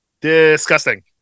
Disgusting